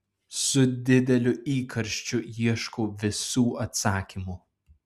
su dideliu įkarščiu ieškau visų atsakymų